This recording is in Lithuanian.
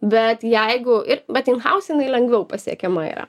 bet jeigu ir bet in haus jinai lengviau pasiekiama yra